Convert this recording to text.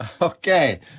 okay